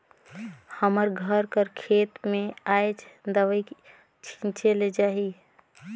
हमर घर कर खेत में आएज दवई छींचे ले जाही